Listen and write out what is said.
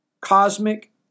cosmic